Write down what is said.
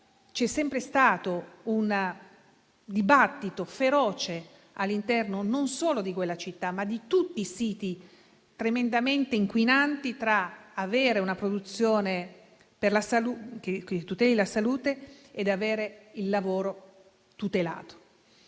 c'è sempre stato un dibattito feroce non solo all'interno di quella città, ma di tutti i siti tremendamente inquinanti sull'alternativa, tra avere una produzione che tuteli la salute ed avere il lavoro tutelato.